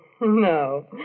No